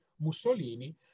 Mussolini